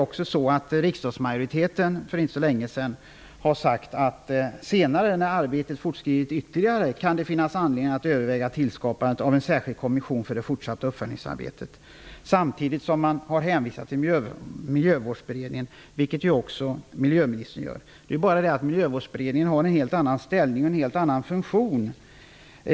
Även riksdagsmajoriteten sade för inte så länge sedan: Senare, när arbetet fortskridit ytterligare, kan det finnas anledning att överväga tillskapandet av en särskild kommission för det fortsatta uppföljningsarbetet. Samtidigt har man hänvisat till Miljövårdsberedningen, vilket också miljöministern gör. Det är bara det att Miljövårdsberedningen har en helt annan ställning och en helt annan funktion.